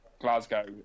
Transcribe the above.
Glasgow